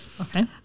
okay